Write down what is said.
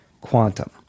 Quantum